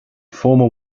former